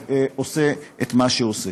שעושה את מה שהוא עושה.